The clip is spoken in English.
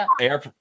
air